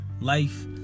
life